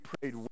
prayed